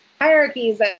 hierarchies